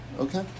okay